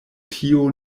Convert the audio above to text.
tio